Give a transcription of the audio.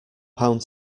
pound